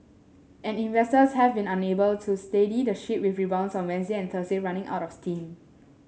and investors have been unable to steady the ship with rebounds on Wednesday and Thursday running out of steam